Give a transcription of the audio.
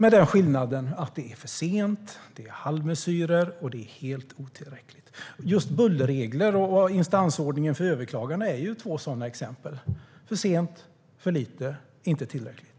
Men skillnaden är att det är för sent; det är halvmesyrer och helt otillräckligt. Just bullerregler och instansordningen för överklaganden är två sådana exempel - för sent, för lite och inte tillräckligt.